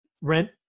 Rent